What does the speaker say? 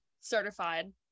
certified